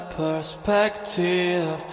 perspective